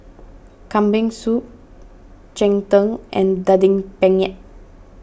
Kambing Soup Cheng Tng and Daging Penyet